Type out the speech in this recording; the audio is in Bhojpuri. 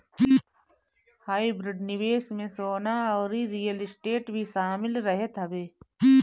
हाइब्रिड निवेश में सोना अउरी रियल स्टेट भी शामिल रहत हवे